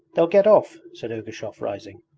they'll get off said ergushov, rising.